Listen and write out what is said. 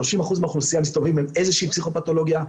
30% מהאוכלוסייה מסתובבים עם איזושהי פסיכופתולוגיה,